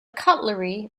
cutlery